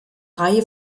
reihe